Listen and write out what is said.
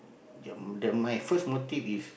ya the my first motive is